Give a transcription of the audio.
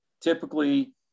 typically